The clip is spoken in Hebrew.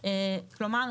כלומר,